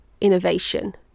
innovation